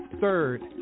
third